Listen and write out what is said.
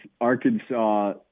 Arkansas